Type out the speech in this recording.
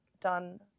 done